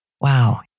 Wow